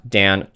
down